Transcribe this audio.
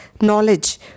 knowledge